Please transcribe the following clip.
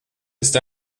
ist